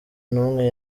numwe